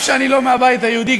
אף שאני לא מהבית היהודי,